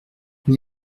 n’y